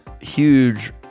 huge